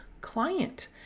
client